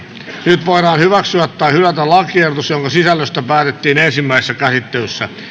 nyt voidaan hyväksyä tai hylätä lakiehdotus jonka sisällöstä päätettiin ensimmäisessä käsittelyssä